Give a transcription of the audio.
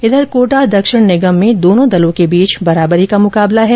इधर कोटा दक्षिण निगम में दोनों दलों के बीच बराबरी का मुकाबला है